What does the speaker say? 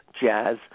jazz